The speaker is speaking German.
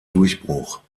durchbruch